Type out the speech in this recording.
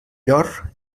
llor